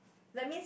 that means